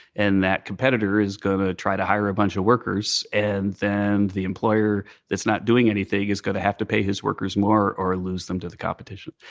and that competitor is going to try to hire a bunch of workers, and then the employer that's not doing anything is going to have to pay his workers more or lose them to the competition.